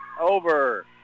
Over